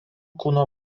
kūno